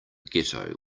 ghetto